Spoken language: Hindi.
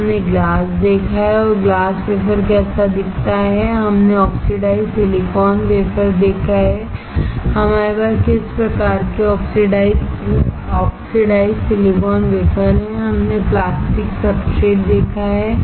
तब हमने ग्लास देखा है और ग्लास वेफर कैसा दिखता है हमने ऑक्सीडाइज्ड सिलिकॉन वेफर देखा है हमारे पास किस प्रकार के ऑक्सीडाइज्ड सिलिकॉन वेफर हैं हमने प्लास्टिक सब्सट्रेट देखा है